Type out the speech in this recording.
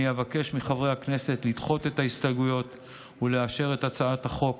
אני אבקש מחברי הכנסת לדחות את ההסתייגויות ולאשר את הצעת החוק